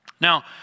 Now